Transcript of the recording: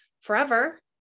forever